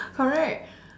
correct